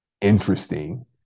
interesting